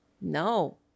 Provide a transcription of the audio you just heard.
No